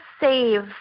save